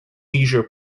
leisure